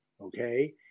Okay